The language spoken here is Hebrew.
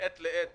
מעת לעת